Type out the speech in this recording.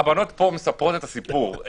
הבנות פה מספרות את הסיפור,